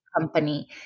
company